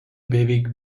beveik